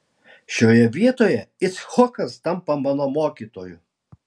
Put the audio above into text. šioje vietoje icchokas tampa mano mokytoju